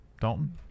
Dalton